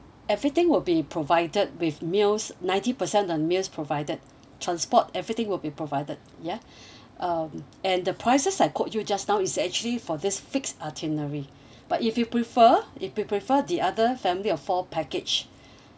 everything will be provided with meals ninety percent on meals provided transport everything will be provided ya um and the prices I quoted you just now is actually for this fixed itinerary but if you prefer it be prefer the other family of four package